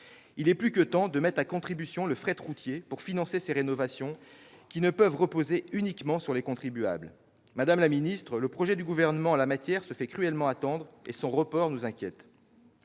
Il est plus que temps de mettre à contribution le fret routier pour financer ces rénovations, qui ne peuvent reposer uniquement sur les contribuables. Madame la ministre, le projet du Gouvernement en la matière se fait cruellement attendre, et son report nous inquiète.